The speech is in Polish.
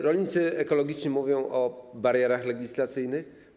Rolnicy ekologiczni mówią o barierach legislacyjnych.